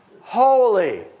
holy